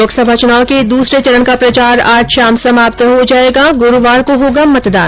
लोकसभा चुनाव के दूसरे चरण का प्रचार आज शाम समाप्त हो जायेगा गुरूवार को होगा मतदान